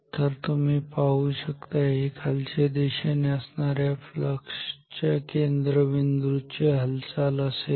तर तुम्ही पाहू शकता ही खालच्या दिशेने असणार्या फ्लक्स च्या केंद्र बिंदू ची हालचाल असेल